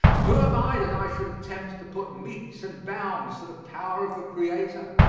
who am i that i should attempt to put metes and bounds to the power of the creator?